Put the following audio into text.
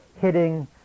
hitting